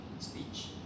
Speech